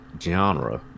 genre